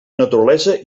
naturalesa